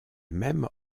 même